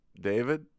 David